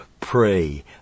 pray